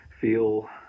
feel